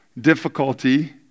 difficulty